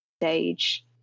stage